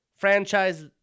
franchise